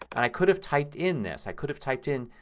but i could have typed in this. i could have typed in